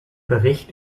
bericht